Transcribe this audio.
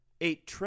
eight